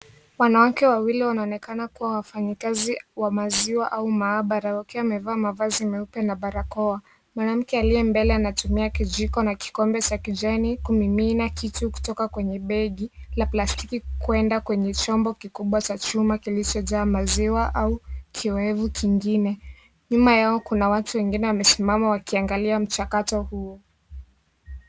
Wanawake wawili wanaonekana kuwa wafanyakazi wa maziwa au maabara wakiwa wamevaa mavazi meupe na barakoa. Mwanamke aliye mbele anatumia kijiko na kikombe cha kijani kumimina kitu kutoka kwenye begi la plastiki kwenda kwenye chombo kikubwa cha chuma kilichojaa maziwa au kiowevu kingine. Nyuma yao kuna watu wengine wamesimama wakiangalia mchakato huo.